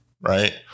right